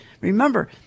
Remember